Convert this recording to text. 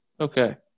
Okay